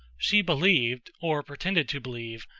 she believed, or pretended to believe,